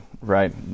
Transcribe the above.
right